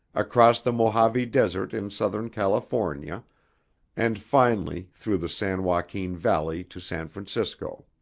across the mojave desert in southern california and finally through the san joaquin valley to san francisco.